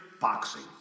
boxing